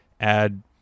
add